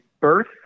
birth